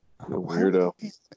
Weirdo